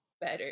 Better